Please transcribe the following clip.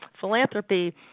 philanthropy